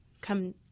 come